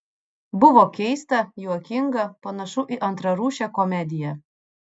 buvo keista juokinga panašu į antrarūšę komediją